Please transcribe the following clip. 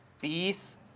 peace